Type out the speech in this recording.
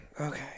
okay